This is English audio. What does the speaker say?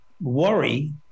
worry